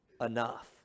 enough